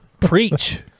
preach